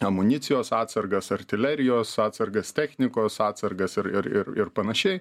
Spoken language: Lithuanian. amunicijos atsargas artilerijos atsargas technikos atsargas ir ir ir ir panašiai